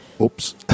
Oops